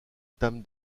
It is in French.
tam